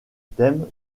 thème